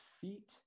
feet